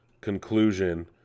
conclusion